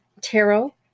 tarot